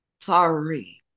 sorry